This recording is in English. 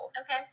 Okay